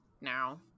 now